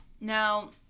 Now